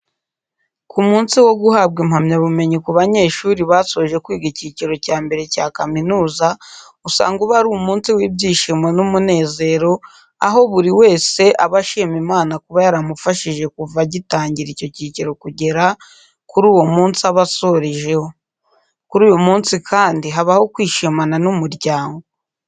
Ku munsi wo guhabwa impamyabumenyi ku banyeshuri basoje kwiga icyiciro cya mbere cya kaminuza, usanga uba ari umunsi w'ibyishimo n'umunezero, aho buri wese aba ashima Imana kuba yaramufashije kuva agitangira icyo cyiciro kugera kuri uwo munsi aba asorejeho. Kuri uyu munsi kandi habaho kwishimana n'umuryango.